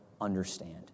understand